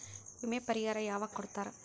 ವಿಮೆ ಪರಿಹಾರ ಯಾವಾಗ್ ಕೊಡ್ತಾರ?